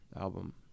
album